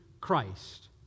Christ